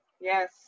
Yes